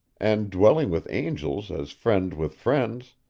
and, dwelling with angels as friend with friends,